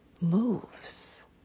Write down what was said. moves